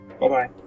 Bye-bye